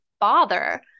father